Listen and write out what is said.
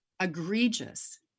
egregious